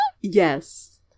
Yes